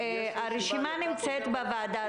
יצא חוזר מנכ"ל --- הרשימה נמצאת בוועדה.